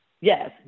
Yes